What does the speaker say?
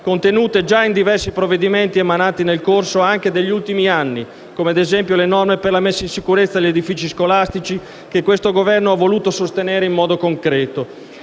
contenute già in diversi provvedimenti emanati nel corso anche degli ultimi anni, come - ad esempio - le norme per la messa in sicurezza degli edifici scolastici, che questo Governo ha voluto sostenere in modo concreto.